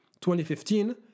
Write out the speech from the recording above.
2015